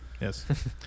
Yes